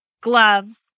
gloves